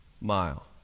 mile